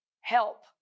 help